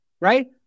Right